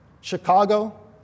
Chicago